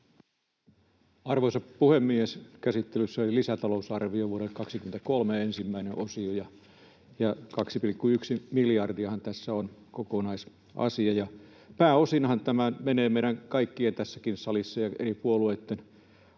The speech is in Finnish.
Arvoisa puhemies! Käsittelyssä on lisätalousarvio vuodelle 23, ensimmäinen osio, ja 2,1 miljardiahan tässä on kokonaisasia. Pääosinhan tämä menee meidän kaikkien tässäkin salissa ja eri puolueitten ottaman